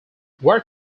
work